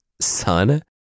Son